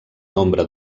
nombre